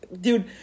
Dude